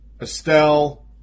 Estelle